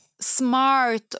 smart